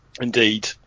indeed